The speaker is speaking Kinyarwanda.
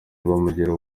bamugira